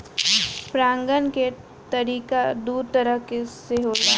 परागण के तरिका दू तरह से होला